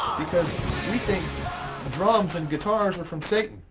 because we think drums and guitars are from satan.